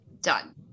done